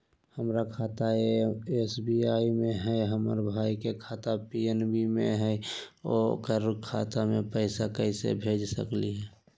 हमर खाता एस.बी.आई में हई, हमर भाई के खाता पी.एन.बी में हई, ओकर खाता में पैसा कैसे भेज सकली हई?